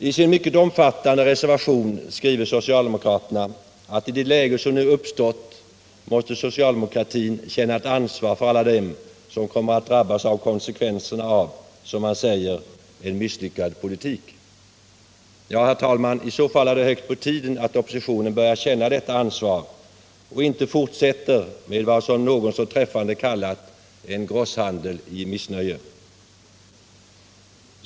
I sin mycket omfattande reservation skriver nu socialdemokraterna att i det läge som nu uppstått måste socialdemokratin känna ett ansvar för alla dem som kommer att drabbas av konsekvenserna av, som man säger, en misslyckad politik. Ja, herr talman, i så fall är det högt på tiden att oppositionen börjar känna detta ansvar och inte fortsätter med vad någon så träffande kallat en grosshandel i missnöje.